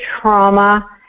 trauma